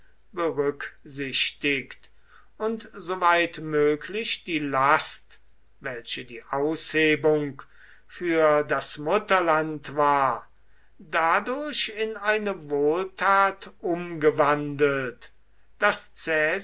berücksichtigt und soweit möglich die last welche die aushebung für das mutterland war dadurch in eine wohltat umgewandelt daß